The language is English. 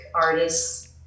artists